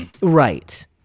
right